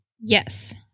Yes